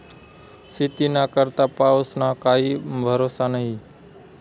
शेतीना करता पाऊसना काई भरोसा न्हई